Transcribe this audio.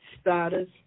status